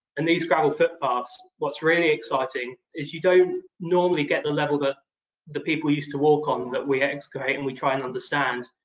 and these gravel footpaths, what's really exciting is you don't normally get the level that the people used to walk on that we excavate and we try and understand.